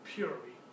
purely